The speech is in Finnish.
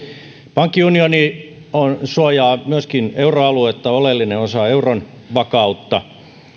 pankkiunioni suojaa myöskin euroaluetta se on oleellinen osa euron vakautta